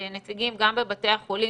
הנציגים גם בבתי החולים,